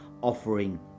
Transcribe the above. offering